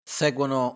seguono